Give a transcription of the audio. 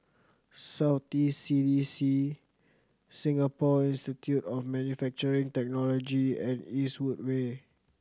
South East C D C Singapore Institute of Manufacturing Technology and Eastwood Way